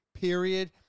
period